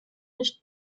nicht